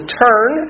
turn